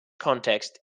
context